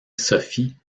sophie